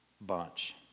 bunch